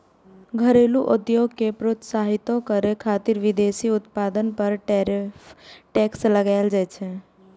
घरेलू उद्योग कें प्रोत्साहितो करै खातिर विदेशी उत्पाद पर टैरिफ टैक्स लगाएल जाइ छै